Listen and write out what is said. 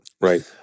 Right